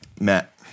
Matt